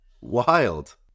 wild